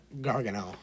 gargano